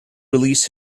release